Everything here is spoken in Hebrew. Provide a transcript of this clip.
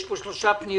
יש פה שלוש פניות